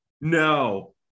No